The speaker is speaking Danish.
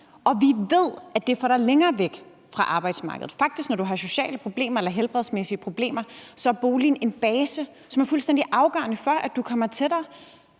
og vi ved, at det får dig længere væk fra arbejdsmarkedet. Når du har sociale eller helbredsmæssige problemer, er boligen faktisk en base, som er fuldstændig afgørende for, at du kommer tættere